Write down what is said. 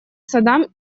садам